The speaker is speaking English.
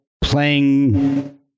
playing